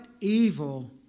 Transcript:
evil